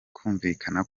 kumvikana